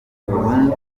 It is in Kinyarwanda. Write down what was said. burundu